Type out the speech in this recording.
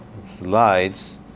slides